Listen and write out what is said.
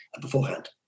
beforehand